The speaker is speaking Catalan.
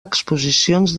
exposicions